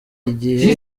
igihe